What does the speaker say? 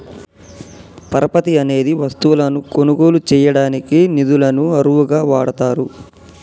పరపతి అనేది వస్తువులను కొనుగోలు చేయడానికి నిధులను అరువుగా వాడతారు